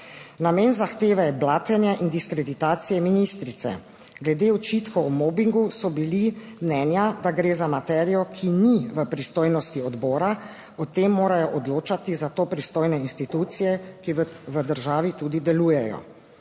Namen zahteve je blatenje in diskreditacije ministrice glede očitkov o mobingu so bili mnenja, da gre za materijo, ki ni v pristojnosti odbora. O tem morajo odločati za to pristojne institucije, ki v državi tudi delujejo.